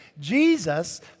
Jesus